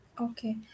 Okay